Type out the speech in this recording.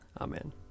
Amen